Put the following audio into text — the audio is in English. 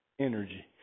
energy